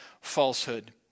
falsehood